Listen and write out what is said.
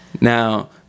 now